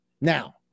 Now